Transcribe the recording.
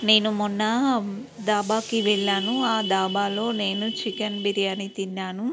నేను మొన్న దాబాకి వెళ్ళాను ఆ దాబాలో నేను చికెన్ బిర్యాని తిన్నాను